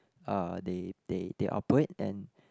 uh they they they operate and